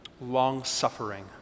Long-suffering